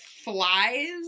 flies